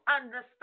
understand